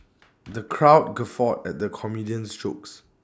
the crowd guffawed at the comedian's jokes